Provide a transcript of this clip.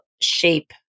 shape